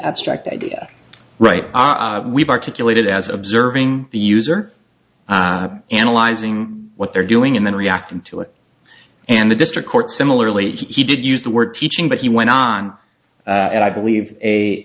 abstract idea right we've articulated as observing the user analyzing what they're doing and then reacting to it and the district court similarly he did use the word teaching but he went on and i believe a